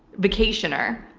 vacationer,